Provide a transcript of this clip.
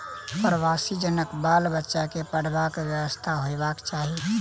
प्रवासी जनक बाल बच्चा के पढ़बाक व्यवस्था होयबाक चाही